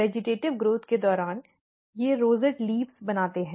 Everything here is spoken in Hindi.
वेजिटेटिव़ विकास के दौरान वे रोसेट पत्ती बनाते हैं